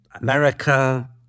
America